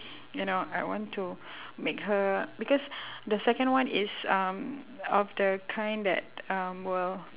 you know I want to make her because the second one is um of the kind that um will